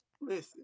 Listen